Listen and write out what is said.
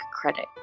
credit